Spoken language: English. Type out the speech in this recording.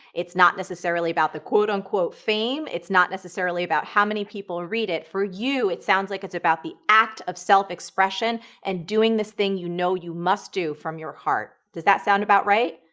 it's not necessarily about the um fame, it's not necessarily about how many people read it. for you, it sounds like it's about the act of self expression and doing this thing you know you must do from your heart. does that sound about right?